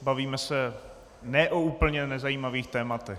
Bavíme se ne o úplně nezajímavých tématech.